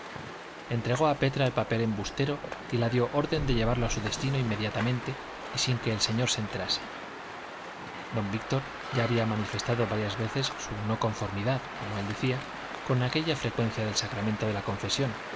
entregó a petra el papel embustero y la dio orden de llevarlo a su destino inmediatamente y sin que el señor se enterase don víctor ya había manifestado varias veces su no conformidad como él decía con aquella frecuencia del sacramento de la confesión